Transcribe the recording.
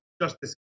justice